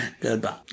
Goodbye